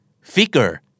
Figure